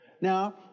now